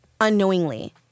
unknowingly